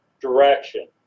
direction